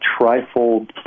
trifold